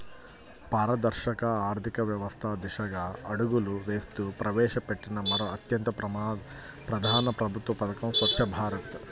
పారదర్శక ఆర్థిక వ్యవస్థ దిశగా అడుగులు వేస్తూ ప్రవేశపెట్టిన మరో అత్యంత ప్రధాన ప్రభుత్వ పథకం స్వఛ్చ భారత్